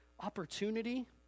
opportunity